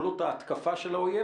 יכולות ההתקפה של האויב,